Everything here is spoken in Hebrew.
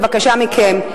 בבקשה מכם,